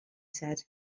said